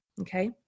Okay